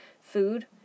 food